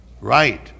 Right